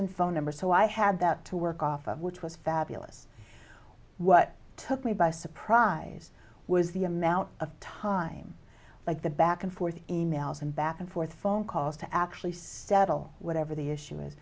and phone number so i had that to work off of which was fabulous what took me by surprise was the amount of time like the back and forth e mails and back and forth phone calls to actually settled whatever the issue is